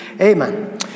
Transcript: Amen